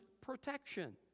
protection